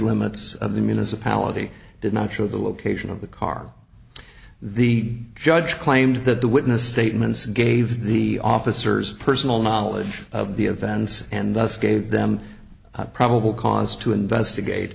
limits of the municipality did not show the location of the car the judge claimed that the witness statements gave the officers personal knowledge of the events and thus gave them probable cause to investigate